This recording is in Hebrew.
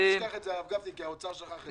הם הציעו שתוסיף כסף.